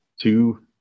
two